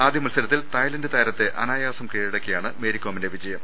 ആദ്യ മത്സരത്തിൽ Thailand താരത്തെ അനായാസം കീഴടക്കിയാണ് മേരികോമിന്റെ വിജ യം